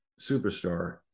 superstar